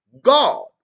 god